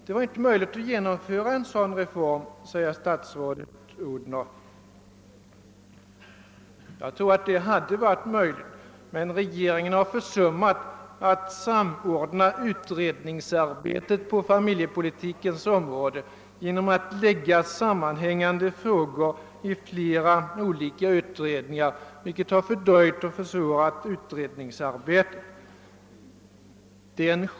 Det var inte möjligt att genomföra en sådan stor reform, säger statsrådet Odhnoff. Jag tror att det hade varit möjligt, men regeringen har försummat att samordna utredningsarbetet på familjepolitikens område. Man har hänvisat sammanhängande frågor till flera olika utredningar, vilket fördröjt och försvårat utredningsarbetet.